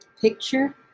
Picture